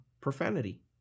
profanity